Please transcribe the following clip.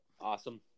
Awesome